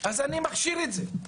הוא מכשיר את זה.